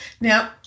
Now